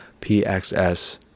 pxs